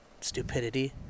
stupidity